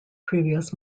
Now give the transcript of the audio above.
previous